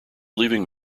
leaving